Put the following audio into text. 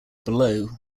below